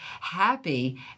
happy